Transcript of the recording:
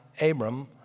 Abram